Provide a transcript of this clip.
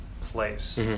place